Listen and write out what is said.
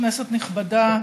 כנסת נכבדה,